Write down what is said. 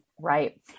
Right